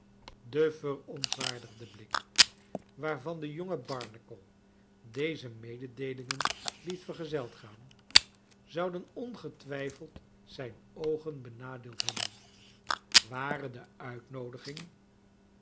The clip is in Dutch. de verontwaardigde blik waarvan de jonge barnacle deze mededeelingen liet vergezeld gaan zouden ongetwijfeld zijn oogen benadeeld hebben ware de uitnoodiging